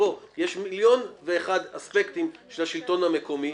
יש מיליון ואחת אספקטים של השלטון המקומי.